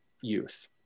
youth